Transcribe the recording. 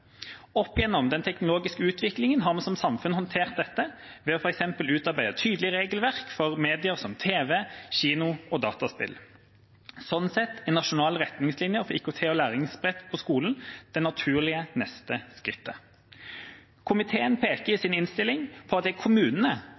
Opp gjennom den teknologiske utviklingen har vi som samfunn håndtert dette ved f.eks. å utarbeide tydelige regelverk for medier som tv, kino og dataspill. Sånn sett er nasjonale retningslinjer for IKT og læringsbrett på skolen det naturlige neste skrittet. Komiteen peker i sin innstilling på at det er kommunene